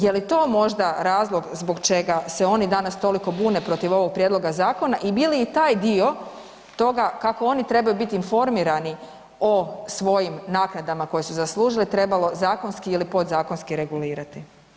Je li to možda razlog zbog čega se oni danas toliko bune protiv ovoga prijedloga zakona i bi li i taj dio toga kako oni trebaju biti informirani o svojim naknadama koje su zaslužile trebalo zakonski ili podzakonski regulirati?